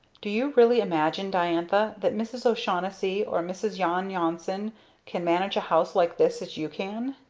do you really imagine, diantha, that mrs. o'shaughnessy or mrs. yon yonson can manage a house like this as you can?